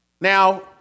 Now